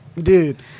Dude